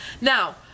Now